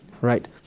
Right